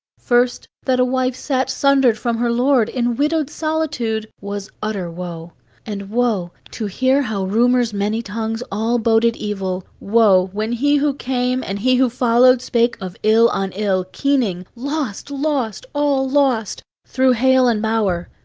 first, that a wife sat sundered from her lord, in widowed solitude, was utter woe and woe, to hear how rumour's many tongues all boded evil woe, when he who came and he who followed spake of ill on ill, keening lost, lost, all lost! thro' hail and bower.